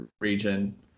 region